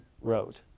wrote